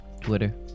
Twitter